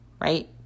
right